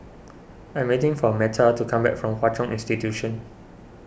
I'm waiting for Metta to come back from Hwa Chong Institution